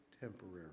temporary